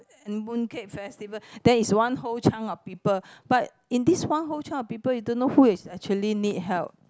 and Mooncake Festival then its one whole chunk of people but in this one whole chunk of people you don't know who is actually need help